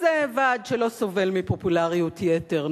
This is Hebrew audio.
זה ועד שלא סובל מפופולריות יתר,